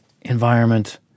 environment